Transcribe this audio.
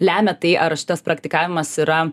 lemia tai ar šitas praktikavimas yra